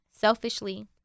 selfishly